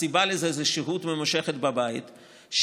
הסיבה לזה היא שהות ממושכת בבית,